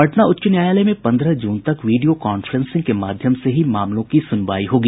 पटना उच्च न्यायालय में पंद्रह जून तक वीडियो कांफ्रेंसिंग के माध्यम से ही मामलों की सुनवाई होगी